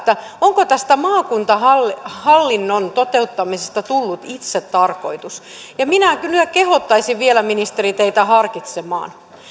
onko tästä maakuntahallinnon toteuttamisesta tullut itsetarkoitus minä kyllä kehottaisin vielä ministeri teitä harkitsemaan